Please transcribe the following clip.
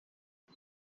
dum